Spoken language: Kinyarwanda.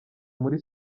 muri